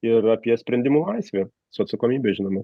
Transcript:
ir apie sprendimų laisvę su atsakomybe žinoma